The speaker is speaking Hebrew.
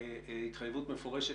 התחייבות מפורשת